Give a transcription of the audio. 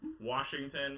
Washington